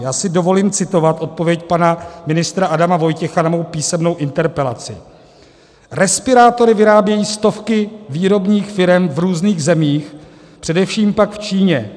Já si dovolím citovat odpověď pana ministra Adama Vojtěcha na mou písemnou interpelaci: Respirátory vyrábějí stovky výrobních firem v různých zemích, především pak v Číně.